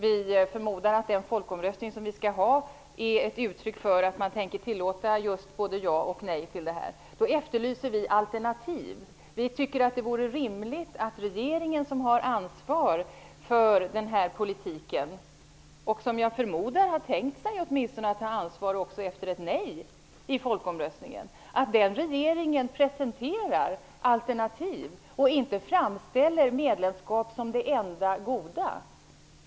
Vi förmodar att den folkomröstning som vi skall ha är ett uttryck för att man tänker tillåta både ja och nej till detta. Därför efterlyser vi alternativ. Vi tycker att det vore rimligt att regeringen, som har ansvar för den här politiken och som jag förmodar har tänkt ta ansvar också efter ett nej i folkomröstningen, presenterar alternativ och inte framställer medlemskap som det enda goda.